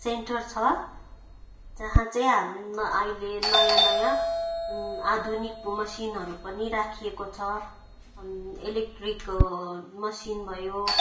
centre छ जहाँ चाहिँ हामी अहिले नयाँ नयाँ आधुनिक मेसिनहरू पनि राखिएको छ इलेक्ट्रिक मेसिन भयो